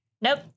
Nope